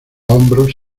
hombros